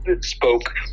spoke